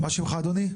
מה שמך, אדוני?